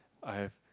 I have